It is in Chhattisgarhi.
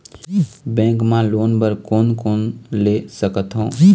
बैंक मा लोन बर कोन कोन ले सकथों?